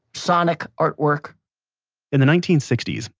sonic artwork in the nineteen sixty s,